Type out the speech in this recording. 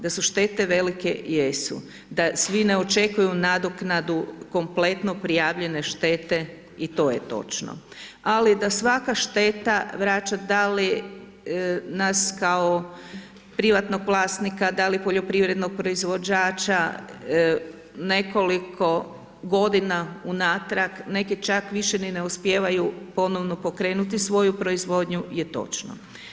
Da su štete velike, jesu, da svi ne očekuju nadoknadu kompletno prijavljene štete i to je točno, ali da svaka šteta, vraća da li nas kao privatnog vlasnika, da li poljoprivrednog proizvođača, nekoliko godina unatrag, neki čak više ni ne uspijevaju ponovno pokrenuti svoju proizvodnju, je točno.